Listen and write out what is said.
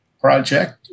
project